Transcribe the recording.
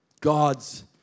God's